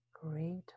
great